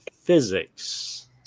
physics